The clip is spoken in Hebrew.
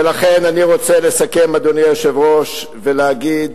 ולכן, אני רוצה לסכם, אדוני היושב-ראש, ולהגיד